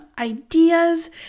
ideas